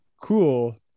cool